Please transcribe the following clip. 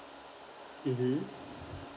mmhmm